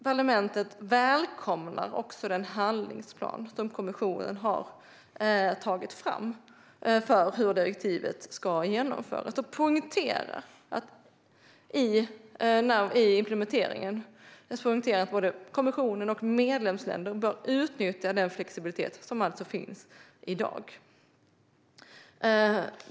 Parlamentet välkomnar också den handlingsplan som kommissionen har tagit fram för hur direktivet ska genomföras och poängterar att både kommissionen och medlemsländerna i implementeringen bör utnyttja den flexibilitet som alltså finns i dag.